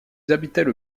habitaient